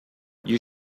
you